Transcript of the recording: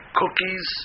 cookies